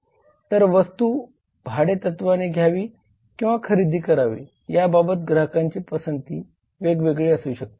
तर वस्तू भाडे तत्वाने घ्यावी किंवा खरेदी करावी याबाबतीत ग्राहकाची पसंती वेगवेगळी असू शकते